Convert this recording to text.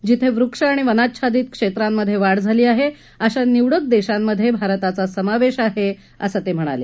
जिथे वृक्ष आणि वनाच्छादित क्षेत्रामधे वाढ झाली आहे अशा निवडक देशांमधे भारताचा समावेश आहे असं ते म्हणाले